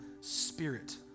spirit